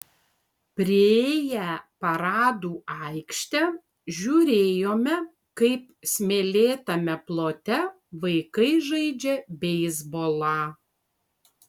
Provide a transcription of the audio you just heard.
priėję paradų aikštę žiūrėjome kaip smėlėtame plote vaikai žaidžia beisbolą